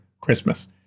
Christmas